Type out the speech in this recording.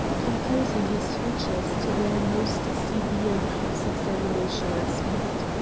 composing his features to their most severe cross-examination aspect,